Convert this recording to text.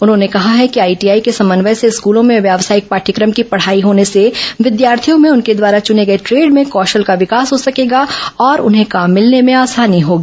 उन्होंने कहा है कि आईटीआई के समन्वय से स्कलों में व्यावसायिक पाठयक्रम की पढाई होने से विद्यार्थियों में उनके द्वारा चुने गए ट्रेड में कौशल का विकास हो सकेगा और उन्हें काम मिलने में आसानी होगी